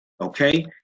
okay